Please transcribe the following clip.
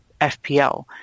FPL